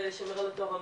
ושומר על הטוהר המיני",